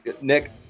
Nick